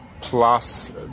Plus